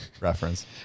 Reference